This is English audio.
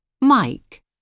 mike